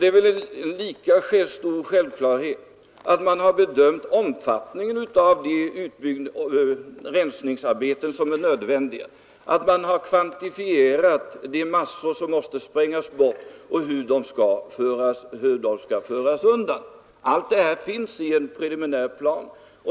Det är en lika stor självklarhet att man har bedömt omfattningen av de rensningsarbeten som är nödvändiga och kvantifierat de massor som måste sprängas bort och hur de skall föras undan. Allt detta finns i en preliminär plan.